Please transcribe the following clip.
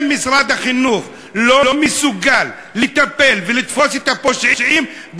אם משרד החינוך לא מסוגל לטפל ולתפוס את הפושעים,